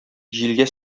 җилгә